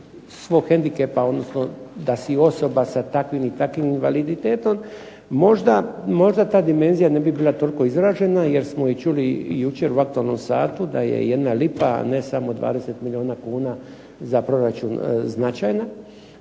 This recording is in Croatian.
svog hendikepa, odnosno da si osoba sa takvim i takvim invaliditetom možda ta dimenzija ne bi bila toliko izražena jer smo i čuli i jučer u aktualnom satu da je jedna lipa a ne samo 20 milijuna kuna za proračun značajna.